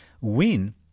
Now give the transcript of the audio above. win